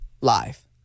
live